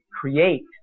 create